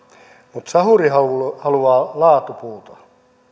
mutta sahuri haluaa haluaa laatupuuta